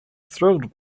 thrilled